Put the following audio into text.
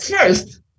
first